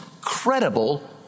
credible